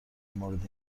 مورد